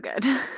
good